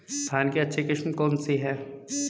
धान की अच्छी किस्म कौन सी है?